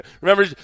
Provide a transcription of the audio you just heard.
Remember